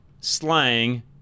slang